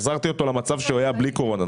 החזרתי אותו למצב שהוא היה בלי קורונה.